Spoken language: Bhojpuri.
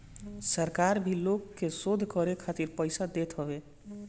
सरकार भी लोग के शोध करे खातिर पईसा देत हवे